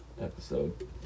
episode